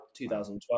2012